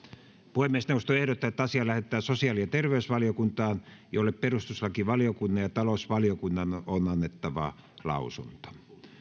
puhemiesneuvosto ehdottaa että asia lähetetään sosiaali ja terveysvaliokuntaan jolle perustuslakivaliokunnan ja talousvaliokunnan on annettava lausunto